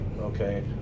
okay